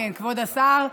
כבוד השר,